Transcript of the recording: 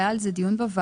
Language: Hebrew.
היה על זה דיון בוועדה.